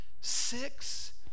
six